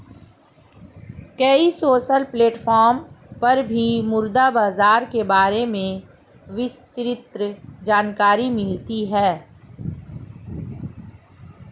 कई social platform पर भी मुद्रा बाजार के बारे में विस्तृत जानकरी मिलती है